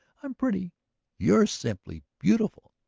i'm pretty you're simply beautiful!